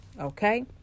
Okay